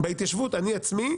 בהתיישבות אני עצמי,